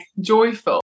joyful